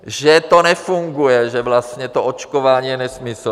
Že to nefunguje, že vlastně to očkování je nesmysl.